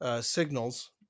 signals